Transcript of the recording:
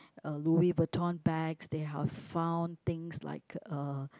a Louis-Vuitton's bag they have found things like uh